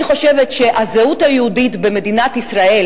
אני חושבת שהזהות היהודית במדינת ישראל